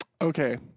Okay